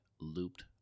looped